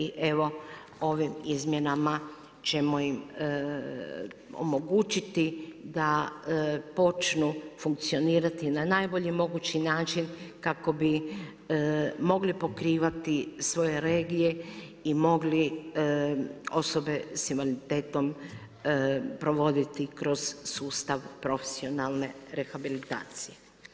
I evo ovim izmjenama ćemo im omogućiti da počnu funkcionirati na najbolji mogući način kako bi mogli pokrivati svoje regije i mogli osobe sa invaliditetom provoditi kroz sustav profesionalne rehabilitacije.